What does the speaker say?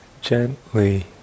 gently